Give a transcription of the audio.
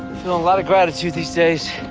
you know a lot of gratitude these days.